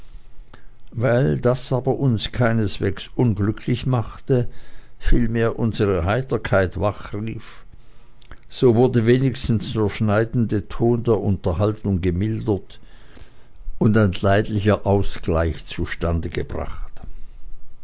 weil das aber uns keineswegs unglücklich machte vielmehr unsere heiterkeit wachrief so wurde wenigstens der schneidende ton der unterhaltung gemildert und ein leidlicher ausgleich zustande gebracht